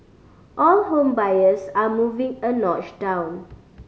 all home buyers are moving a notch down